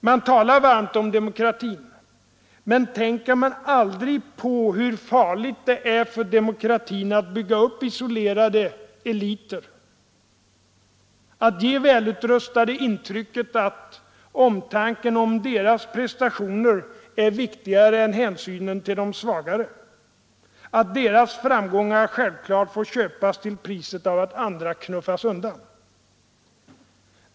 Man talar varmt om demokratin, men tänker man aldrig på hur farligt det är för demokratin att bygga upp isolerade eliter, att ge välutrustade människor intrycket att omtanken om deras prestationer är viktigare än hänsynen till de svagare, att de förras framgångar självfallet får köpas till priset av att andra knuffas undan?